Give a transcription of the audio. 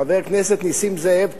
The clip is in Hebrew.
חבר הכנסת נסים זאב,